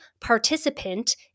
participant